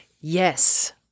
Yes